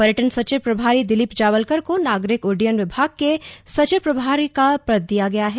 पर्यटन सचिव प्रभारी दिलीप जावलकर को नागरिक उड्डयन विभाग के सचिव प्रभारी का पद दिया गया है